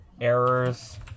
errors